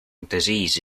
disease